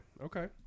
Okay